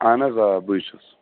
اہَن حظ آ بٕے چھُس